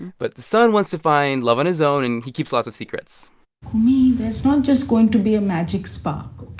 but the son wants to find love on his own. and he keeps lots of secrets kumail, there's not just going to be a magic spark,